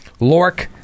Lork